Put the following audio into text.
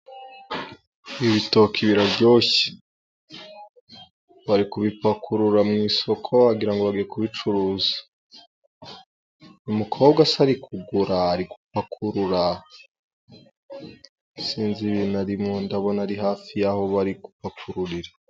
Ibitoki biraryoshye bari kubipakurura mu isoko wagira ngo bagiye kubicuruza. Umukobwa se ari kugura, ari gupakurura? sinzi ibintu arimo, ndabona Ari hafi yaho bari kupakururira.